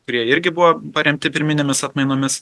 kurie irgi buvo paremti pirminėmis atmainomis